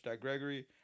Gregory